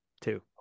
Two